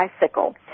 bicycle